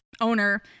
owner